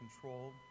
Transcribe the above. control